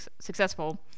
successful